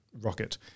rocket